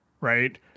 right